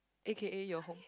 a_k_a your home